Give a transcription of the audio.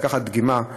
זה לקחת דגימה,